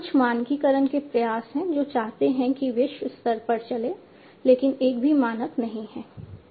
कुछ मानकीकरण के प्रयास हैं जो चाहते हैं कि विश्व स्तर पर चले लेकिन एक भी मानक नहीं है